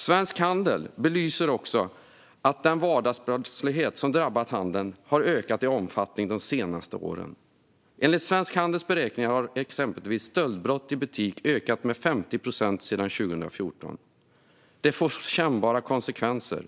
Svensk Handel belyser också detta: "Den 'vardagsbrottslighet' som drabbar handeln har ökat i omfattning de senaste åren, enligt Svensk Handels beräkningar har exempelvis stöldbrott i butik ökat med över 50 procent sedan 2014. Detta får allt mer kännbara konsekvenser.